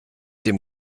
dem